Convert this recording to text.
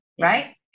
right